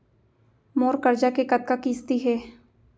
मोर करजा के कतका किस्ती हे?